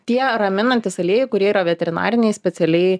tie raminantys aliejai kurie yra veterinariniai specialiai